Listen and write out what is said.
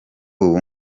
ubu